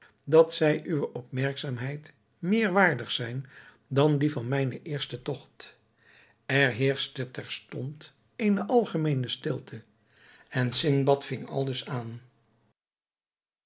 dat zij uwe opmerkzaamheid meer waardig zijn dan die van mijnen eersten togt er heerschte terstond eene algemeene stilte en sindbad ving aldus aan